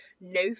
no